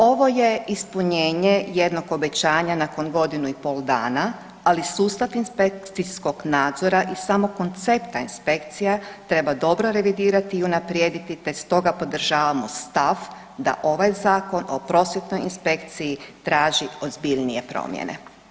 Ovo je ispunjenje jednog obećanja nakon godinu i pol dana, ali i sustav inspekcijskog nadzora i samog koncepta inspekcija treba dobro revidirati i unaprijediti te stoga podržavamo stav da ovaj Zakon o prosvjetnoj inspekciji traži ozbiljnije promjene.